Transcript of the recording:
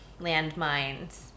landmines